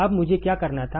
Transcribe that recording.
अब मुझे क्या करना था